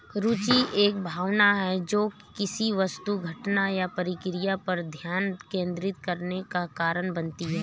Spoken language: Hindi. रूचि एक भावना है जो किसी वस्तु घटना या प्रक्रिया पर ध्यान केंद्रित करने का कारण बनती है